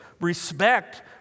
respect